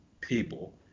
people